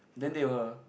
then they will